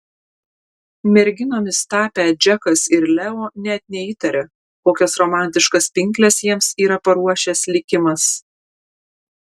merginomis tapę džekas ir leo net neįtaria kokias romantiškas pinkles jiems yra paruošęs likimas